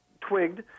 twigged